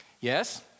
Yes